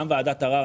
גם ועדת ערר,